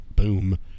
Boom